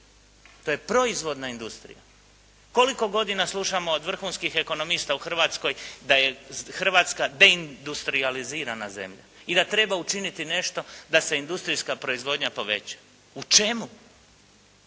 to je proizvodna industrija. Koliko godina slušamo od vrhunskih ekonomista u Hrvatskoj da je Hrvatska …/Govornik se ne razumije./… industrijalizirana zemlja i da treba učiniti nešto da se industrijska proizvodnja poveća. U čemu?